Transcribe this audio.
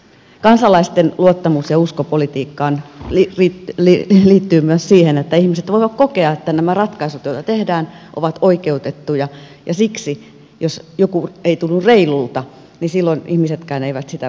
kansalaisten luottamus ja usko politiikkaan liittyy myös siihen että ihmiset voivat kokea että nämä ratkaisut joita tehdään ovat oikeutettuja ja siksi jos jokin ei tunnu reilulta silloin ihmisetkään eivät sitä voi hyväksyä